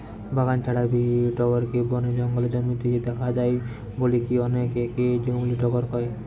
বাগান ছাড়াবি টগরকে বনে জঙ্গলে জন্মিতে দেখা যায় বলিকি অনেকে একে জংলী টগর কয়